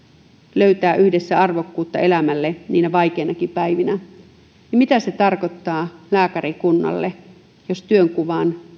löytää yhdessä arvokkuutta elämälle niinä vaikeinakin päivinä niin mitä se tarkoittaa lääkärikunnalle jos työnkuvaan